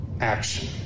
action